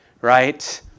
right